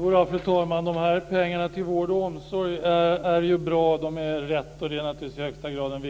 Fru talman! Pengarna till vård och omsorg är bra. De är rätt, och det är naturligtvis i högsta grad en